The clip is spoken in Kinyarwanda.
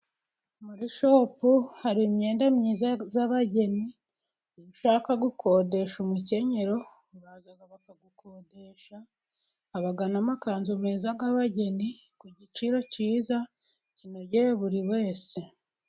Muri shopu hari imyenda myiza y'abageni, iyo ushaka gukodesha umukenyero, uraza bakagukodesha, haba n'amakanzu meza y'abageni ku giciro cyiza, kinogeye buri wese.